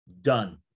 Done